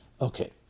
Okay